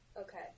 Okay